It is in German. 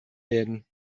werden